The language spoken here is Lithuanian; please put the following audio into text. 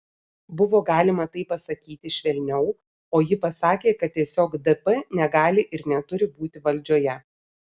buvo galima tai pasakyti švelniau o ji pasakė kad tiesiog dp negali ir neturi būti valdžioje